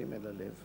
נכנסים אל הלב.